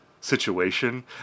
situation